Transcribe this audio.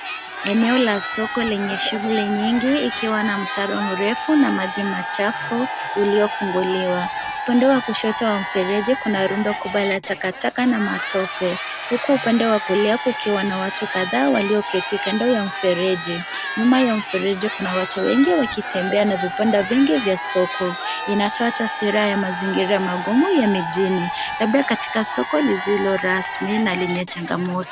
Eneo la soko lenye shughuli nyingi ikiwa na mtaro mrefu na maji machafu uliofunguliwa. Upande wa kushoto wa mfereji kuna rundo kubwa la takataka na matope huku upande wa kulia kukiwa na watu kadhaa wakioketi upande wa mfereji. Nyuma ya mfereji kuna watu wengi wakitembea na vipande vingi vya soko. Inatoa taswira ya mazingira magumu ya sokoni labda katika soko lisilo rasmi na lenye changamoto.